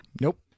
Nope